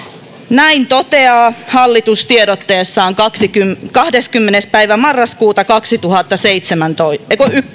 näin toteaa hallitus tiedotteessaan kahdeskymmenes yhdettätoista kaksituhattaseitsemäntoista